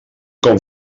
com